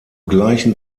gleichen